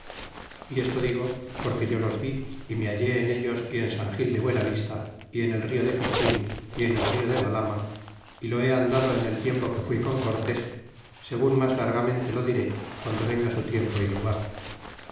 y esto digo porque yo los vi y me hallé en ellos y en san gil de buena vista y en el rio de pichin y en el rio de balama y lo he andado en el tiempo que fui con cortés segun mas largamente lo diré guando venga su tiempo y lugar